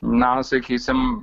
na sakysim